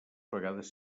vegades